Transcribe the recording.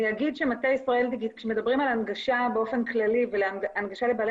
אני אגיד שמדברים על הנגשה באופן כללי ועל הנגשה לבעלי